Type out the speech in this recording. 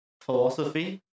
Philosophy